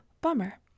Bummer